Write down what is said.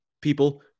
people